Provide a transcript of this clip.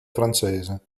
francese